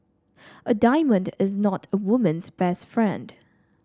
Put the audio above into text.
a diamond is not a woman's best friend